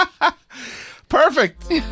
perfect